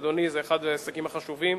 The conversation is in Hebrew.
זה אחד ההישגים החשובים,